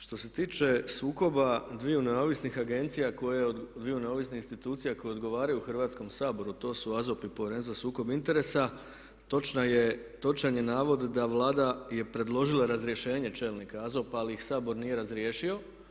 Što se tiče sukoba dviju neovisnih agencija koje, dviju neovisnih institucija koje odgovaraju Hrvatskom saboru a to su AZOP i Povjerenstvo za sukob interesa, točan je navod da Vlada je predložila razrješenje čelnika AZOP-a ali ih Sabor nije razriješio.